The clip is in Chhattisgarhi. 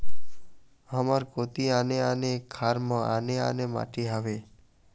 हमर कोती आने आने खार म आने आने माटी हावे?